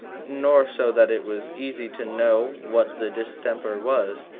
nor so that it was easy to know what the distemper was.